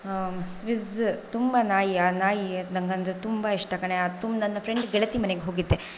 Swiss ತುಂಬ ನಾಯಿ ಆ ನಾಯಿ ನಂಗೆ ಅಂದರೆ ತುಂಬ ಇಷ್ಟ ಕಣೇ ಆ ತು ನನ್ನ ಫ್ರೆಂಡ್ ಗೆಳತಿ ಮನೆಗೆ ಹೋಗಿದ್ದೆ